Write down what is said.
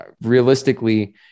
realistically